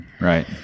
right